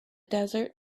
desert